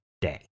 day